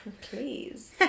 please